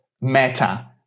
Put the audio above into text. Meta